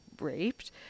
Raped